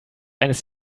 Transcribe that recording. eines